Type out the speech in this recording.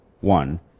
one